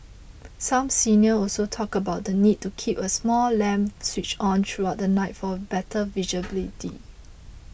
some seniors also talked about the need to keep a small lamp switched on throughout the night for better visibility